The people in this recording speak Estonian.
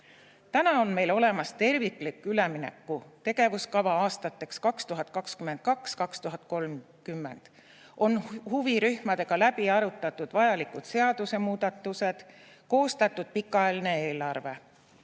Täna on meil olemas terviklik ülemineku tegevuskava aastateks 2022–2030. On huvirühmadega läbi arutatud vajalikud seadusemuudatused, koostatud pikaajaline eelarve.